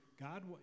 God